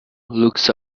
looks